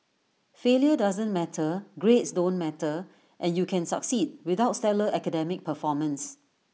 failure doesn't matter grades don't matter and you can succeed without stellar academic performance